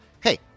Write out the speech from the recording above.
Hey